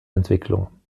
entwicklungen